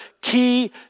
key